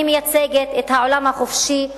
אני מייצגת את העולם החופשי.